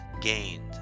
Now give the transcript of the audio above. Gained